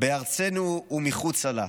בארצנו ומחוצה לה.